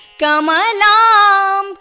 Kamalam